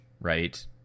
right